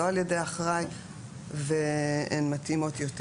לא על ידי אחראי והן מתאימות יותר